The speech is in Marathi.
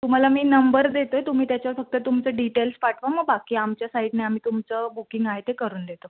तुम्हाला मी नंबर देते तुम्ही त्याच्यावर फक्त तुमचे डिटेल्स पाठवा मग बाकी आमच्या साइडने आम्ही तुमचं बुकिंग आहे ते करून देतो